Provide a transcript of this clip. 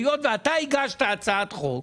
היות ואתה הגשת הצעת חוק,